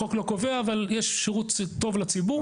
החוק לא קובע, אבל יש שירות טוב לציבור.